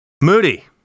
Moody